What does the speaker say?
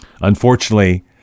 Unfortunately